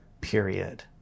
period